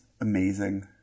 amazing